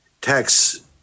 tax